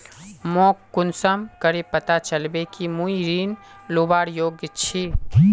मोक कुंसम करे पता चलबे कि मुई ऋण लुबार योग्य छी?